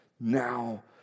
Now